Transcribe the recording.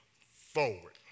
forward